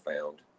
found